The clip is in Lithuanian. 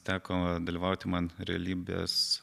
teko dalyvauti man realybės